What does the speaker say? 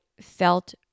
felt